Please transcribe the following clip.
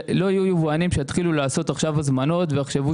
כדי שלא יהיו יבואנים שיתחילו לעשות עכשיו הזמנות ויחשבו